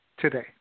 today